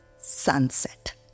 sunset